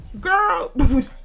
Girl